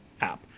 app